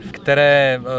které